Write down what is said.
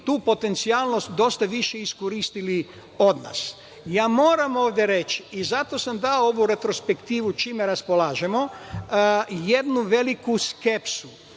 tu potencijalnost dosta više iskoristili od nas. Ja moram ovde reći i zato sam dao ovu retrospektivu čime raspolažemo, jednu veliku skepsu